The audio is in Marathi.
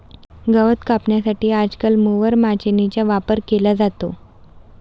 गवत कापण्यासाठी आजकाल मोवर माचीनीचा वापर केला जातो